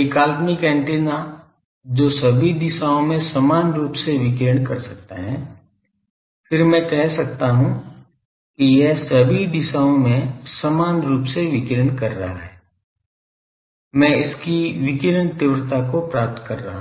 एक काल्पनिक एंटीना जो सभी दिशाओं में समान रूप से विकीर्ण कर सकता है फिर मैं कह सकता हूँ की यह सभी दिशाओं में समान रूप से विकीर्ण कर रहा है मैं इसकी विकिरण तीव्रता को प्राप्त कर रहा हूं